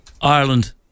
Ireland